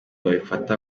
babifata